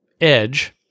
edge